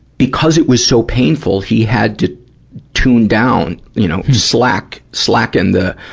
because it was so painful, he had to tune down, you know, slack, slacken the,